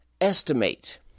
estimate